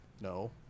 no